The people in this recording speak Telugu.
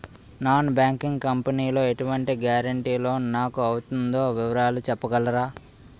నాన్ బ్యాంకింగ్ కంపెనీ లో ఎటువంటి గారంటే లోన్ నాకు అవుతుందో వివరాలు చెప్పగలరా?